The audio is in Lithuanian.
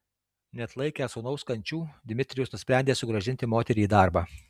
neatlaikęs sūnaus kančių dmitrijus nusprendė sugrąžinti moterį į darbą